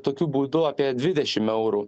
tokiu būdu apie dvidešim eurų